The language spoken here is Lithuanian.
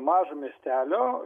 mažo miestelio